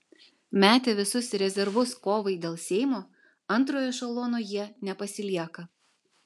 metę visus rezervus kovai dėl seimo antrojo ešelono jie nepasilieka